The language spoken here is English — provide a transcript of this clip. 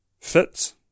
fits